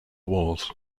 wars